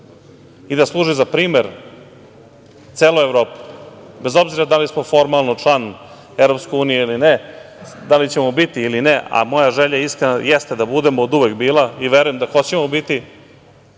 i da služi za primer celoj Evropi, bez obzira da li smo formalno član EU ili ne, da li ćemo biti ili ne, a moja želja iskrena jeste da budemo, oduvek bila i verujem da hoćemo biti,